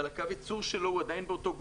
אבל קו הייצור שלו הוא עדיין באותו גודל,